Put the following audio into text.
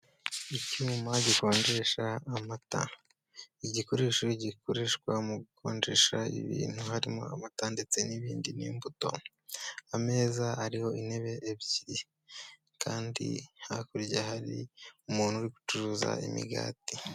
Icyuma gikonjesha amata, igikoresho gikoreshwa mu gukonjesha ibintu harimo amata ndetse n'ibindi n'imbuto, ameza ariho intebe ebyiri kandi hakurya hari umuntu uri gucuruza imigati.